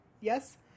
yes